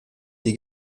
die